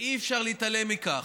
ואי-אפשר להתעלם מכך.